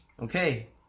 Okay